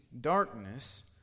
darkness